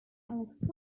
alexander